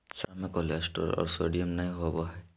संतरा मे कोलेस्ट्रॉल और सोडियम नय होबय हइ